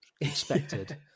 Expected